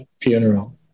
funeral